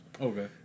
Okay